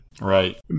Right